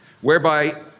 whereby